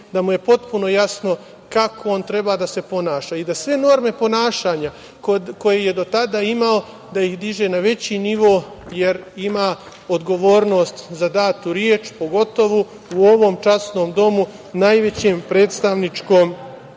da mu je potpuno jasno kako on treba da se ponaša i da sve norme ponašanja koje je do tada imao da ih diže na veći nivo, jer ima odgovornost za datu reč, pogotovo u ovom časnom Domu, najvećem predstavničkom telu. Što